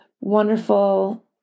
wonderful